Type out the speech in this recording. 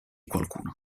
qualcuno